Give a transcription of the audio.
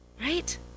right